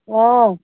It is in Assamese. অঁ